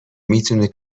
میتونه